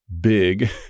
big